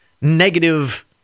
negative